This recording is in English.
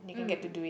mm